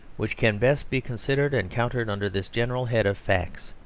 which can best be considered and countered under this general head of facts.